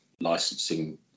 licensing